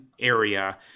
area